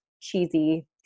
cheesy